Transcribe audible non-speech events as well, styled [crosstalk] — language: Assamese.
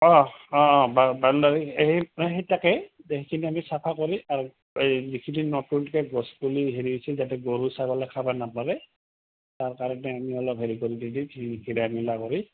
অঁ অঁ অঁ [unintelligible] সেই তাকেই সেইখিনি আমি চাফা কৰি আৰু এই যিখিনি নতুনকৈ গছপুলি হেৰি হৈছিল যাতে গৰু চাগলীয়ে খাব নাপাৰে তাৰ কাৰণে আমি অলপ হেৰি কৰি দি দিম [unintelligible] মিলা কৰি